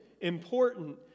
important